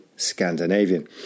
Scandinavian